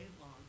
long